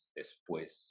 después